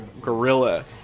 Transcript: gorilla